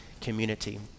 community